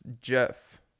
Jeff